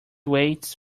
weighs